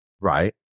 Right